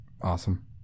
Awesome